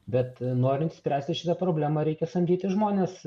bet norint spręsti šitą problemą reikia samdyti žmones